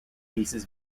pieces